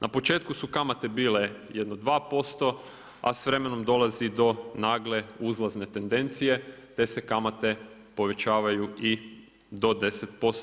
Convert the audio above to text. Na početku su kamate bile jedno 2% a s vremenom dolazi do nagle uzlazne tendencije te se kamate povećavaju i do 10%